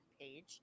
page